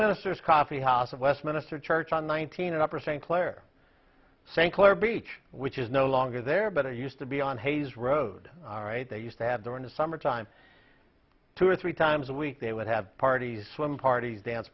ministers coffee house of westminister church on one thousand upper st clair sank lower beach which is no longer there but it used to be on hayes road all right they used to have during the summertime two or three times a week they would have parties swim parties dance